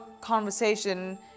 conversation